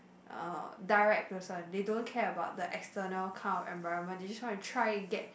uh direct person they don't care about the external kind of environment they just wanna try get